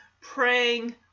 praying